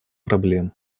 проблем